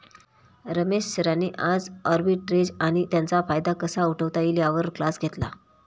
रमेश सरांनी आज आर्बिट्रेज आणि त्याचा फायदा कसा उठवता येईल यावर क्लास घेतला